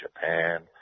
Japan